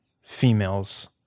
females